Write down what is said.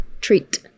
Treat